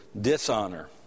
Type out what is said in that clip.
dishonor